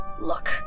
Look